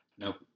Nope